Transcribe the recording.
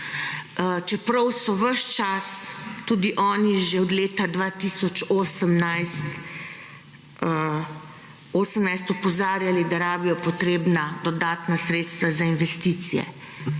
čeprav so ves čas tudi oni že od leta 2018 opozarjali, da rabijo potrebna dodatna sredstva za investicije.